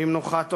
למנוחת עולם.